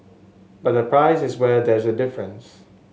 but the price is where there is a difference